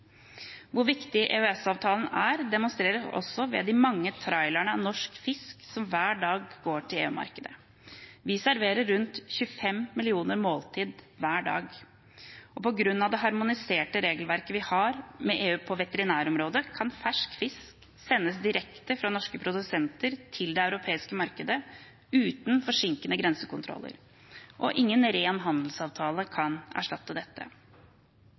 Hvor viktig EØS-avtalen er, demonstreres også ved de mange trailerne med norsk fisk som hver dag går til EU-markedet. Vi serverer rundt 25 millioner måltider hver dag. På grunn av det harmoniserte regelverket vi har med EU på veterinærområdet, kan fersk fisk sendes direkte fra norske produsenter til det europeiske markedet uten forsinkende grensekontroller, og ingen ren handelsavtale kan erstatte dette.